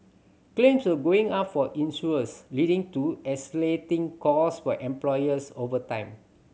claims were going up for insurers leading to escalating cost for employers over time